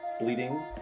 bleeding